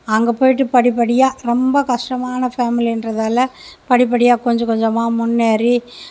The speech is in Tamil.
அங்கே போயிவிட்டு படிப்படியாக ரொம்ப கஷ்டமான ஃபேமிலின்றதால் படிப்படியாக கொஞ்ச கொஞ்சமாக முன்னேறி